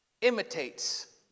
imitates